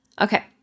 Okay